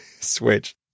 switch